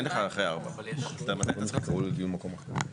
לא להגיד לקשיש שלא יודעים אם הוועדה המקומית תקבל את האישור.